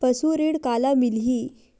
पशु ऋण काला मिलही?